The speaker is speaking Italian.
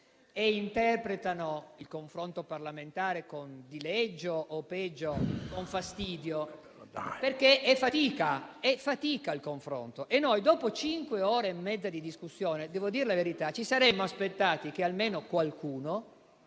e interpretano il confronto parlamentare con dileggio o peggio, con fastidio, perché il confronto è fatica e noi, dopo cinque ore e mezza di discussione, devo dire la verità, ci saremmo aspettati che almeno qualcuno